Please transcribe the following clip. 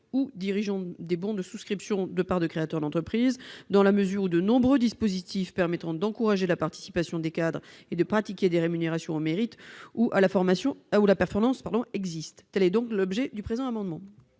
ou dirigeants des bons de souscription de parts de créateur d'entreprise, dans la mesure où de nombreux dispositifs permettant d'encourager la participation des cadres et de pratiquer des rémunérations au mérite ou à la performance existent. La parole est à Mme